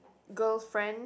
girlfriend